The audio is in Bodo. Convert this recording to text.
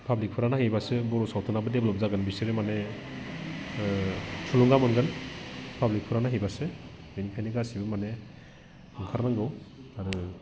पाब्लिकफोरा नायहैबासो बर' सावथुनआबो देभेलप्त जागोन बिसोरो माने थुलुंगा मोनगोन पाब्लिकफोरा नायहैबासो बिनिखायनो गासिबो माने ओंखारनांगौ आरो